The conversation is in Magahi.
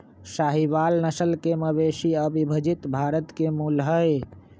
साहीवाल नस्ल के मवेशी अविभजित भारत के मूल हई